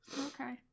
Okay